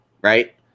right